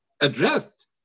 addressed